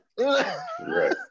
Right